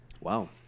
Wow